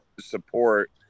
support